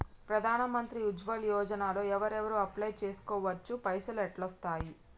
ప్రధాన మంత్రి ఉజ్వల్ యోజన లో ఎవరెవరు అప్లయ్ చేస్కోవచ్చు? పైసల్ ఎట్లస్తయి?